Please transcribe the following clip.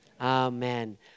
Amen